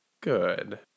Good